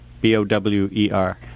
B-O-W-E-R